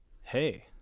Hey